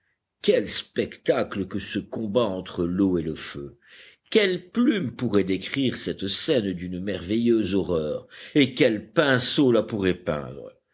quel spectacle que ce combat entre l'eau et le feu quelle plume pourrait décrire cette scène d'une merveilleuse horreur et quel pinceau la pourrait peindre